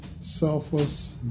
selfless